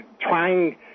trying